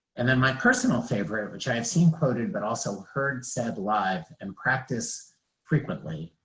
and then my personal favorite, which i have seen quoted but also heard said live and practice frequently,